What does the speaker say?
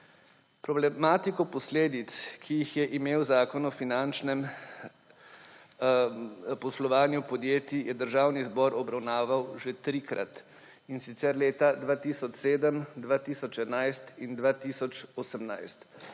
Problematiko posledic, ki jih je imel Zakon o finančnem poslovanju podjetij, je Državni zbor obravnaval že trikrat, in sicer leta 2007, 2011 in 2018.